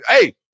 hey